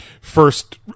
First